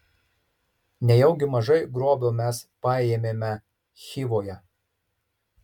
nejaugi mažai grobio mes paėmėme chivoje